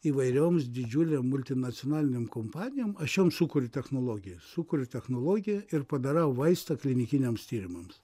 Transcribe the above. įvairioms didžiulę multinacionalinėm kompanijom aš jom sukuriu technologijas sukuriu technologiją ir padarau vaistą klinikiniams tyrimams